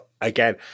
again